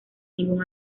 ningún